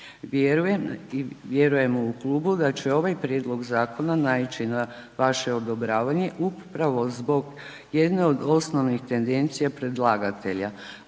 ne razumije./... da će ovaj prijedlog zakona naići na vaše odobravanje upravo zbog jedne od osnovnih tendencija predlagatelja,